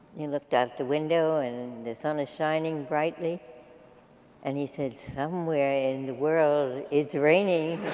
he looked out the window and the sun is shining brightly and he said somewhere in the world, it's raining.